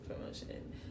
promotion